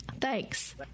Thanks